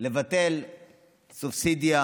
לבטל סובסידיה,